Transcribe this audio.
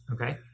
Okay